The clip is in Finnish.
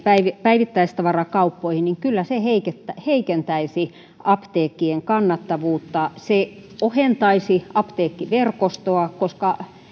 päivittäistavarakauppoihin niin kyllä se heikentäisi apteekkien kannattavuutta se ohentaisi apteekkiverkostoa